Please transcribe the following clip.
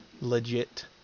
legit